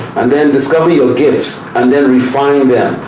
and then discover your gifts and then refine them,